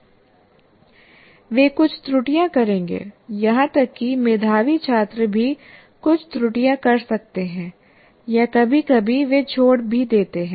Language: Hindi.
वे कुछ त्रुटियां करेंगे यहां तक कि मेधावी छात्र भी कुछ त्रुटियां कर सकते हैं या कभी कभी वे छोड़ भी देते हैं